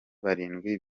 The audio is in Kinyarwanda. barindwi